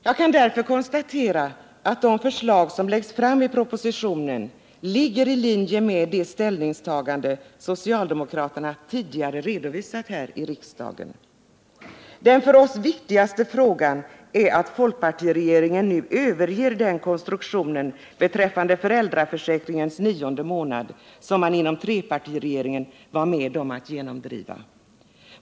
Jag kan nu konstatera att de förslag som läggs fram i propositionen ligger i linje med de ställningstaganden socialdemokraterna tidigare redovisat här i riksdagen. Den för oss viktigaste frågan är att folkpartiregeringen nu överger den konstruktion beträffande föräldraförsäkringens nionde månad som man inom trepartiregeringen var med om att genomdriva.